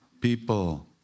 People